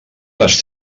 les